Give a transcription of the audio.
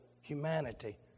humanity